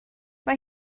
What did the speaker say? mae